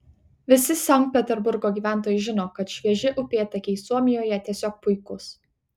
visi sankt peterburgo gyventojai žino kad švieži upėtakiai suomijoje tiesiog puikūs